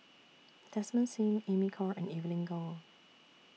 Desmond SIM Amy Khor and Evelyn Goh